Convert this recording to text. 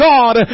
God